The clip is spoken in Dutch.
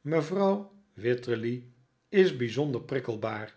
mevrouw wititterly is bijzonder